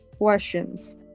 questions